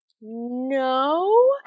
no